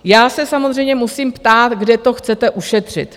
Já se samozřejmě musím ptát, kde to chcete ušetřit.